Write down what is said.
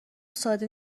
ساده